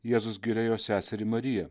jėzus giria jos seserį mariją